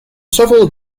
several